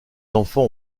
enfants